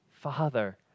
Father